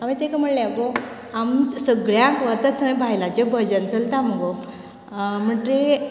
हांवेन तेका म्हणले अगो आम सगळ्याक वता थंय बायलांचे भजन चलता मगो म्हणटगीर